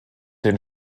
den